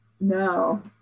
no